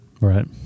Right